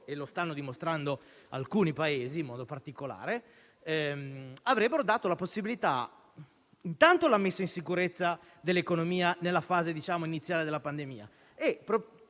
(come stanno dimostrando alcuni in modo particolare), avrebbero dato la possibilità di mettere in sicurezza l'economia nella fase iniziale della pandemia